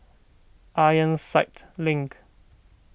Ironside Link